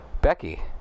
Becky